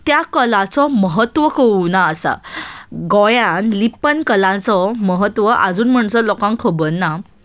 त्या कलाचो महत्व कळूंक ना आसा गोंयान लिप्पन कलाचो महत्व आजून म्हणसर लोकांक खबर ना